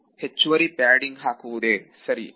ಹೆಚ್ಚುವರಿ ಪ್ಯಾಡಿಂಗ್ಹಾಕುವುದೇ ಸರಿ